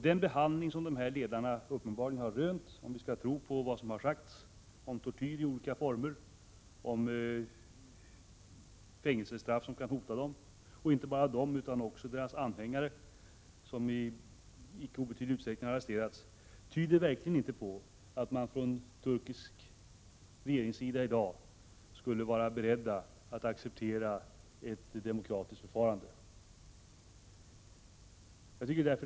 Den behandling som dessa ledare uppenbarligen har rönt, om vi skall tro på vad som har sagts om tortyr i olika former, om fängelsestraff som kan hota inte bara dem utan också deras anhängare, som i icke obetydlig utsträckning har arresterats, tyder verkligen inte på att den turkiska regeringen i dag skulle vara beredd att acceptera ett demokratiskt förfarande.